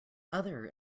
other